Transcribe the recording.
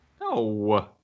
No